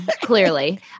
clearly